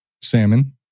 salmon